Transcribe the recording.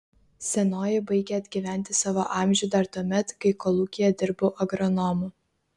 senoji baigė atgyventi savo amžių dar tuomet kai kolūkyje dirbau agronomu